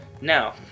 Now